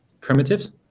primitives